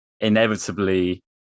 inevitably